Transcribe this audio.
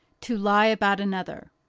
to lie about another.